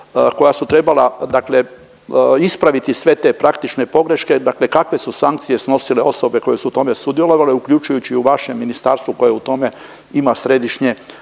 koja su trebala ispraviti sve te praktične pogreške, dakle kakve su sankcije snosile osobe koje su u tome sudjelovale, uključujući i u vašem ministarstvu koje u tome ima središnje